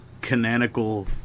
canonical